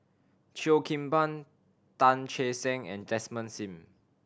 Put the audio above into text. Cheo Kim Ban Tan Che Sang and Desmond Sim